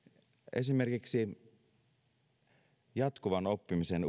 esimerkiksi jatkuvan oppimisen